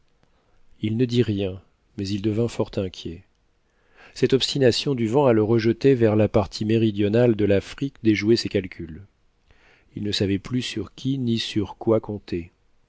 il ne dit rien mais il devint fort inquiet cette obstination du vent à le rejeter vers la partie méridionale de l'afrique déjouait ses calculs il ne savait plus sur qui ni sur quoi compter